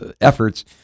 efforts